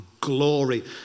glory